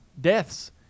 deaths